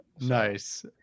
nice